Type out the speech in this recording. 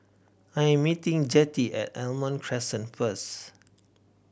I am meeting Jettie at Almond Crescent first